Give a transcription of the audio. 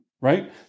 right